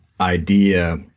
idea